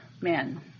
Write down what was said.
men